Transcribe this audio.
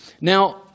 Now